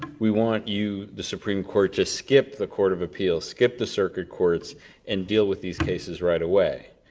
we want you, the supreme court, to skip the court of appeals, skip the circuit courts and deal with these cases right away.